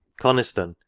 coniston,